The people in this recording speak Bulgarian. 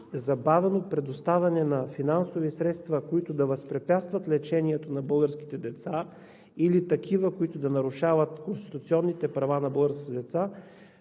забавено предоставяне на финансови средства, които да възпрепятстват лечението на българските деца, или такива, които да нарушават конституционните права на българските деца,